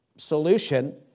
Solution